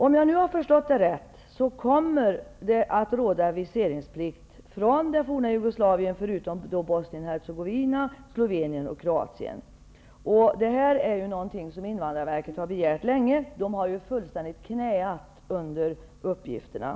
Om jag har förstått saken rätt kommer det att råda viseringsplikt för människor som kommer från det forna Jugoslavien, frånsett medborgare från Detta har Invandrarverket begärt länge. På Invandrarverket har man fullständigt knäat under uppgifterna.